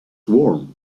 warm